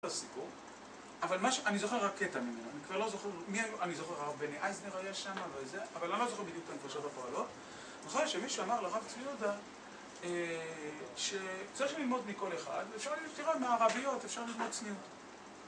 אבל אני זוכר רק קטע ממנו, אני כבר לא זוכר, מי היו, אני זוכר הרבי אייסנר היה שם ואיזה, אבל אני לא זוכר בדיוק את הנפשות הפועלות נכון שמישהו אמר לרב צבי יהודה, שצריך ללמוד מכל אחד, אפשר ללמוד מערביות, אפשר ללמוד